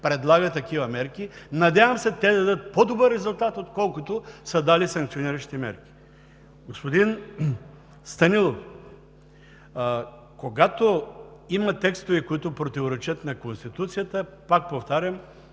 предлага такива мерки. Надявам се те да дадат по-добър резултат, отколкото са дали санкциониращите мерки. Господин Станилов, когато има текстове, които противоречат на Конституцията, пак повтарям,